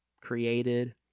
created